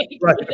right